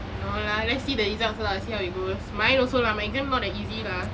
no lah let's see the results lah see how it goes mine also lah my exam not that easy lah